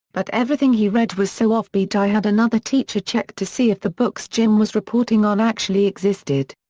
but everything he read was so offbeat i had another teacher check to see if the books jim was reporting on actually existed.